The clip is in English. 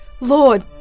Lord